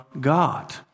God